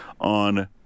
on